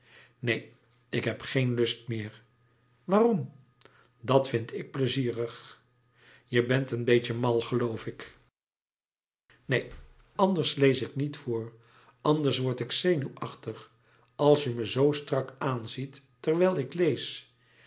neen ik heb geen lust meer waarom dat vind ik pleizierig je bent een beetje mal geloof ik neen anders lees ik niet voor anders word ik zenuwachtig als je me zoo strak aanziet terwijl ik lees